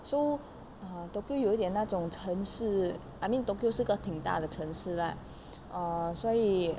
so uh tokyo 有一点那种城市 I mean tokyo 是个挺大的城市 lah uh 所以